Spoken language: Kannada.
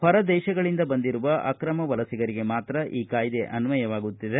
ಹೊರ ದೇಶಗಳಿಂದ ಬಂದಿರುವ ಅಕ್ರಮ ವಲಸಿಗರಿಗೆ ಮಾತ್ರ ಈ ಕಾಯ್ದೆ ಅನ್ವಯವಾಗುತ್ತದೆ